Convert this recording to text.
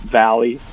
valley